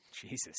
Jesus